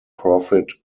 profit